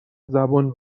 زبون